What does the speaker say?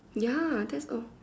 ya that's all